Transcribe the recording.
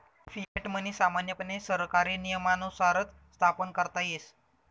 fiat money सामान्यपणे सरकारी नियमानुसारच स्थापन करता येस